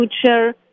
future